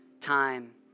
time